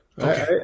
Okay